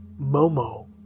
Momo